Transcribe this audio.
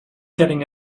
getting